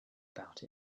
about